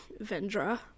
Vendra